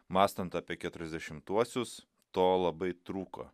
mąstant apie keturiasdešimtuosius to labai trūko